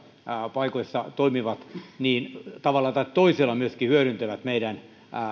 paikoissa toimivat tavalla tai toisella myöskin hyödyntävät meidän